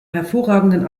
hervorragenden